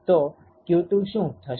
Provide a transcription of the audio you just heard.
તો q2 શુ થશે